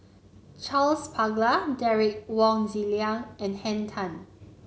Charles Paglar Derek Wong Zi Liang and Henn Tan